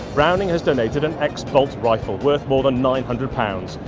browning has donated an x-bolt rifle, worth more than nine hundred pounds,